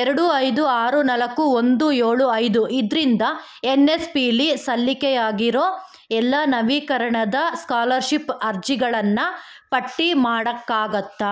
ಎರಡು ಐದು ಆರು ನಾಲ್ಕು ಒಂದು ಏಳು ಐದು ಇದ್ರಿಂದ ಎನ್ ಎಸ್ ಪಿ ಲಿ ಸಲ್ಲಿಕೆಯಾಗಿರೋ ಎಲ್ಲಾ ನವೀಕರಣದ ಸ್ಕಾಲರ್ಶಿಪ್ ಅರ್ಜಿಗಳನ್ನು ಪಟ್ಟಿ ಮಾಡೋಕ್ಕಾಗತ್ತ